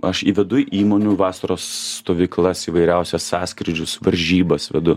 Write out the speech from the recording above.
aš įvedu įmonių vasaros stovyklas įvairiausias sąskrydžius varžybas vedu